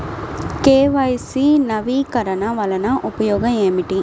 KYC నవీకరణ వలన ఉపయోగం ఏమిటీ?